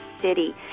city